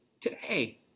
today